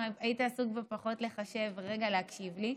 אם היית עסוק פחות בלחשב ורגע מקשיב לי,